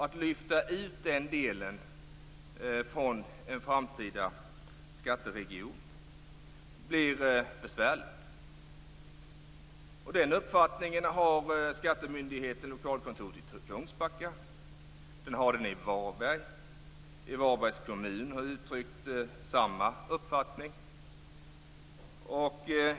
Att lyfta ut den delen från en framtida skatteregion blir besvärligt. Den uppfattningen har skattemyndighetens lokalkontor i Kungsbacka och i Varberg. I Varbergs kommun har man uttryckt samma uppfattning.